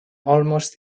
almost